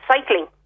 cycling